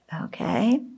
Okay